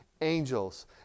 angels